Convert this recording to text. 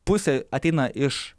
pusė ateina iš